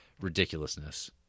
ridiculousness